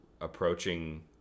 approaching